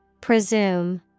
Presume